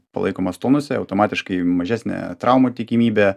palaikomas tonuse automatiškai mažesnė traumų tikimybė